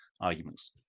arguments